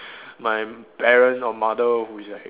my parents or mother who is like